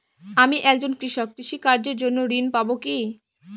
আমি একজন কৃষক কৃষি কার্যের জন্য ঋণ পাব কি?